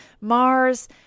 Mars